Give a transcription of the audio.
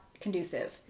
conducive